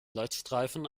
leuchtstreifen